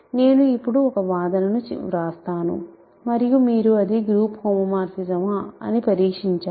నేను ఇప్పుడు ఒక వాదనను వ్రాస్తాను మరియు మీరు అది గ్రూప్ హోమోమార్ఫిజమా అని పరీక్షించాలి